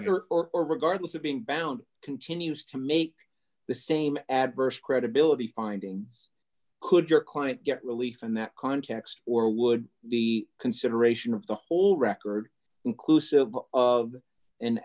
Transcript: er or regardless of being bound continues to make the same adverse credibility findings could your client get relief in that context or would the consideration of the whole record inclusive of an